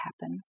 happen